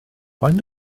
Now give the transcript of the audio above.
faint